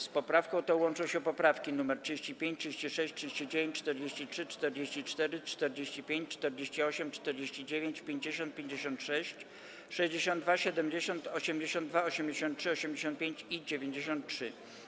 Z poprawką tą łączą się poprawki nr 35, 36, 39, 43, 44, 45, 48, 49, 50, 56, 62, 70, 82, 83, 85 i 93.